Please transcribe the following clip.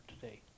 today